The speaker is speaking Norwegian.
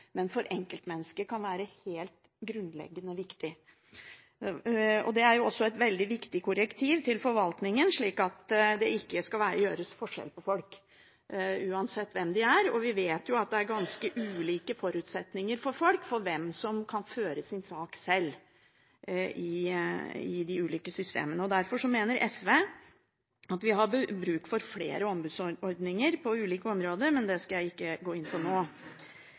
men som for enkeltmennesker kan være helt grunnleggende viktig. Det er et veldig viktig korrektiv til forvaltningen, slik at det ikke skal gjøres forskjell på folk – uansett hvem de er. Vi vet at det er ganske ulike forutsetninger blant folk for hvem som kan føre sin sak sjøl i de ulike systemene. Derfor mener SV at vi har bruk for flere ombudsmannsordninger på ulike områder, men det skal jeg ikke gå inn på nå.